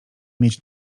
mieć